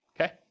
Okay